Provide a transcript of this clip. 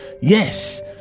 Yes